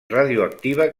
radioactiva